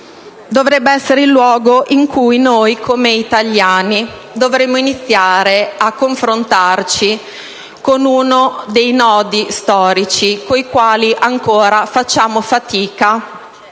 dovrebbe essere il luogo in cui noi come italiani dovremmo iniziare a confrontarci con uno dei nodi storici con i quali ancora facciamo fatica